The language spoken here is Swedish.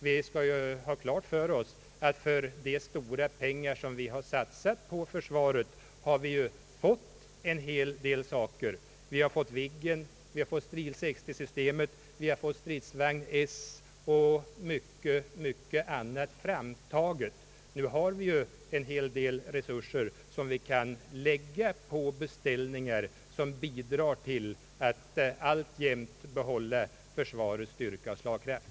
Vi skall ha klart för oss att för de stora pengar vi har satsat på försvaret har vi fått en hel del: vi har fått Viggen, Stril 60-systemet, stridsvagn S och mycket annat framtaget. Nu har vi ganska stora resurser som vi kan använda för beställningar som bidrar till att bibehålla försvarets styrka och slagkraft.